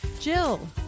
Jill